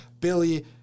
Billy